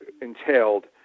entailed